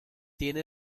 tiene